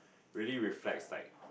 really reflects like